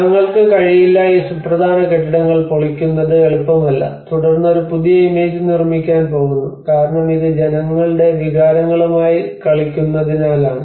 ഞങ്ങൾക്ക് കഴിയില്ല ഈ സുപ്രധാന കെട്ടിടങ്ങൾ പൊളിക്കുന്നത് എളുപ്പമല്ല തുടർന്ന് ഒരു പുതിയ ഇമേജ് നിർമ്മിക്കാൻ പോകുന്നു കാരണം ഇത് ജനങ്ങളുടെ വികാരങ്ങളുമായി കളിക്കുന്നതിനാലാണ്